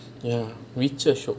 ya witcher show